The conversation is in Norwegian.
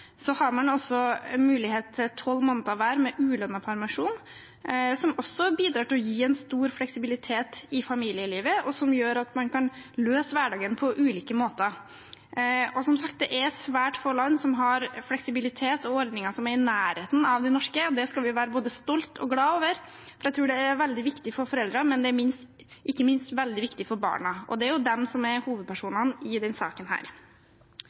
har man også mulighet til tolv måneder hver med ulønnet permisjon, som også bidrar til stor fleksibilitet i familielivet. Dette gjør at man kan løse hverdagen på ulike måter. Som sagt er det svært få land som har fleksibilitet og ordninger som er i nærheten av det man har i Norge. Det skal vi være både stolte av og glade for. Jeg tror det er veldig viktig for foreldre, men det er ikke minst veldig viktig for barna, og det er jo de som er hovedpersonene i denne saken.